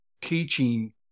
teaching